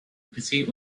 petit